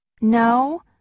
No